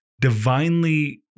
divinely